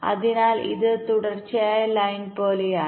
അതിനാൽ ഇത് തുടർച്ചയായ ലൈൻ പോലെയാണ്